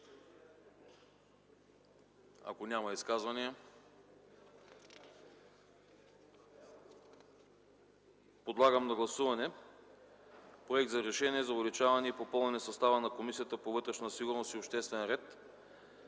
Няма. Подлагам на гласуване Проект за решение за увеличаване и попълване състава на Комисията по вътрешна сигурност и обществен ред,